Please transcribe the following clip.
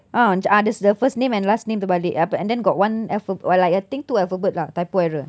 ah macam ah the first name and last name terbalik apa and then got one alphab~ or like I think two alphabet lah typo error